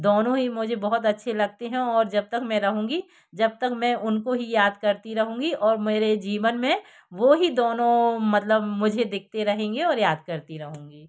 दोनों ही मुझे बहुत अच्छे लगते हैं और जब तक मैं रहूँगी जब तक मैं उनको ही याद करती रहूँगी और मेरे जीवन में वो ही दोनों मतलब मुझे दिखते रहेंगे और याद करती रहूँगी